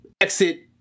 exit